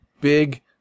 Big